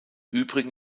übrigen